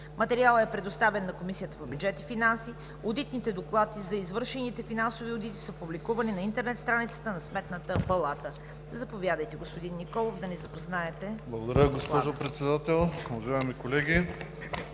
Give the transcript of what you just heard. Материалът е предоставен на Комисията по бюджет и финанси. Одитните доклади за извършените финансови одити са публикувани на интернет страницата на Сметната палата. Заповядайте, господин Николов, да ни запознаете с Доклада.